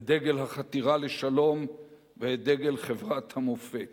את דגל החתירה לשלום ואת דגל חברת המופת.